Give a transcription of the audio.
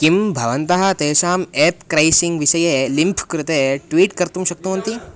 किं भवन्तः तेषाम् एप् क्रैसिङ्ग् विषये लिम्फ् कृते ट्वीट् कर्तुं शक्नुवन्ति